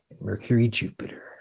Mercury-Jupiter